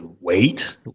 wait